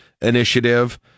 initiative